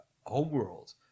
homeworld